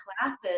classes